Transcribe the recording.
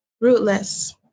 rootless